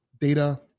data